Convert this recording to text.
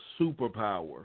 superpower